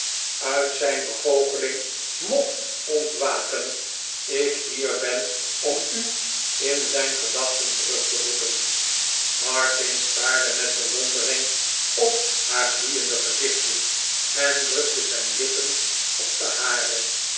uit zijn begoochemaarten chuzzlewit ling mocht ontwaken ik hier ben ora u in zijn gedachten terug te roepen martin staarde met bewondering op haar gloeiende gezichtje en drukte zijn lippen op de hare